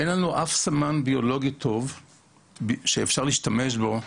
אין לנו אף סמן ביולוגי טוב שאפשר להשתמש בו לאלכוהול.